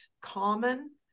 common